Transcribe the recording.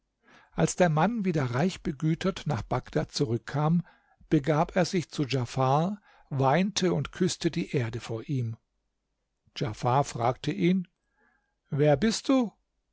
als der mann wieder reich begütert nach bagdad zurückkam begab er sich zu djafar weinte und küßte die erde vor ihm djafar fragte ihn wer bist du